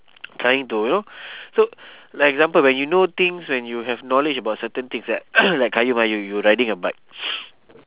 trying to you know so like example when you know things when you have knowledge about certain things like like qayyum ah you you riding a bike